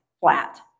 flat